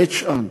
בית-שאן,